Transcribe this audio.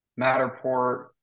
Matterport